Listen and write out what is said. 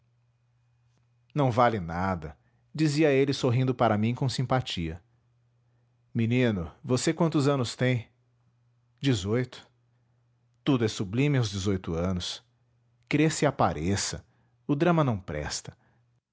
não vale nada dizia ele sorrindo para mim com simpatia menino você quantos anos tem dezoito tudo é sublime aos dezoito anos cresça e apareça o drama não presta